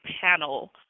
panel